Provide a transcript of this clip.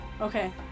Okay